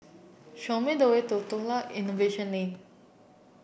show me the way to Tukang Innovation Lane